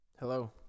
Hello